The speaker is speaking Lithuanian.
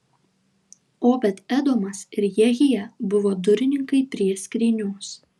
obed edomas ir jehija buvo durininkai prie skrynios